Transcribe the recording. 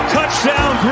Touchdown